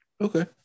Okay